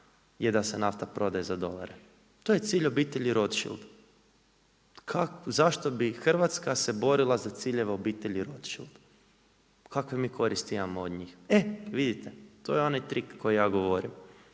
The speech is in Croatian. je da se nafta prodaje za dolare, to je cilj obitelji Rothschield. Zašto bi se Hrvatska borila za ciljeve obitelji Rothschield, kakve mi koristi imamo od njih? E vidite, to je onaj trik koji ja govorim.